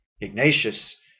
Ignatius